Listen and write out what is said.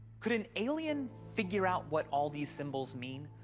could an alien figure out what all these symbols mean?